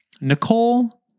Nicole